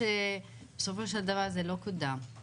מי שיהנה מהתקרה הזאת של ה-1% זה מי שיגיע